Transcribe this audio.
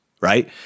right